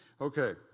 Okay